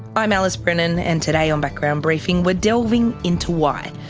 i'm alice brennan, and today on background briefing we're delving into why,